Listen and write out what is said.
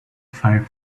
five